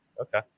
okay